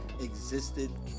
existed